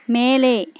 மேலே